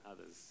others